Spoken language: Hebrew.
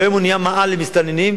והיום היא נהייתה מאהל למסתננים,